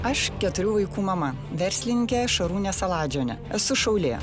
aš keturių vaikų mama verslininkė šarūnė saladžiuvienė esu šaulė